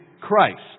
Christ